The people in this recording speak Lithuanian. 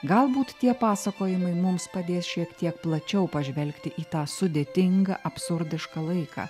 galbūt tie pasakojimai mums padės šiek tiek plačiau pažvelgti į tą sudėtingą absurdišką laiką